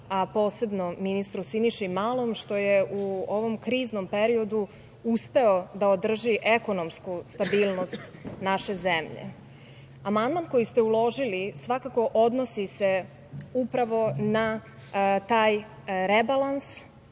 a posebno ministru Siniši Malom što je u ovom kriznom periodu uspeo da održi ekonomsku stabilnost naše zemlje. Amandman koji ste uložili svakako odnosi se upravo na taj rebalans